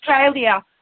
Australia